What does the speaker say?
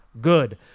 good